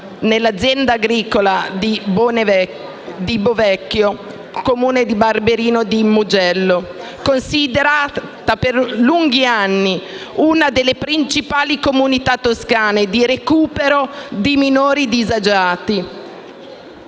nell'azienda agricola di Bovecchio, Comune a Barberino di Mugello, è stata considerata per molti anni una delle principali comunità toscane di recupero di minori disagiati.